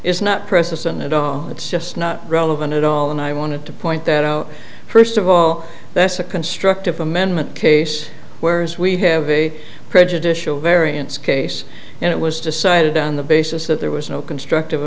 is not present at all it's just not relevant at all and i wanted to point that out first of all that's a constructive amendment case whereas we have a prejudicial variance case and it was decided on the basis that there was no constructive